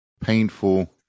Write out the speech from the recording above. painful